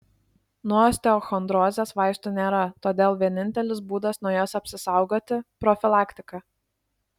nuo osteochondrozės vaistų nėra todėl vienintelis būdas nuo jos apsisaugoti profilaktika